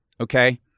okay